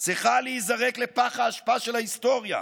צריכה להיזרק לפח האשפה של ההיסטוריה.